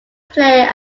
player